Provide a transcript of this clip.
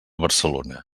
barcelona